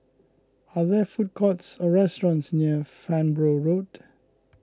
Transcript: are there food courts or restaurants near Farnborough Road